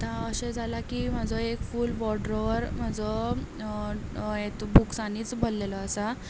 आतां अशें जालां की म्हजो एक फूल वॉर्ड ड्रॉवर म्हजो बुक्सांनीच भरलेलो आसा